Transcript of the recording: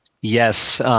Yes